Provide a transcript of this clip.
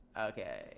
okay